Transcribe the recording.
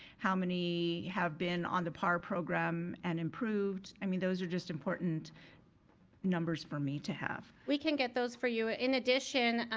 how many have been on the par program and improved. i mean, those are just important numbers for me to have. we can get those for you. ah in addition,